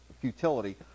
futility